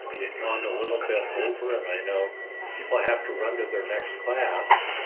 you've gone a little bit over and i know people have to run to their next class.